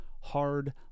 hard